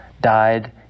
died